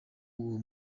uwo